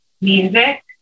music